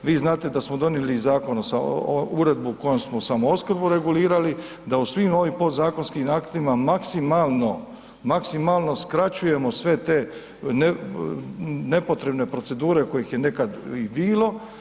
Vi znate da smo donijeli i zakon, uredbu kojom smo samoopskrbu regulirali, da u svim ovim podzakonskim aktima maksimalno, maksimalno skraćujemo sve te nepotrebne procedure kojih je nekad i bilo.